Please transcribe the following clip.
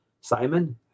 Simon